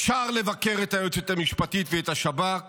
אפשר לבקר את היועצת המשפטית ואת השב"כ